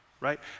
right